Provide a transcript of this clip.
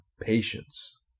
patience